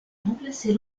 remplacer